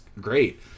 great